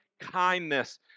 kindness